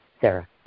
Sarah